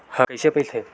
ह कइसे फैलथे?